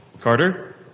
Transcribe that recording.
Carter